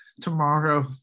tomorrow